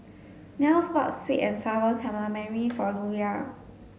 Nels bought sweet and sour calamari for Luella